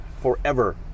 forever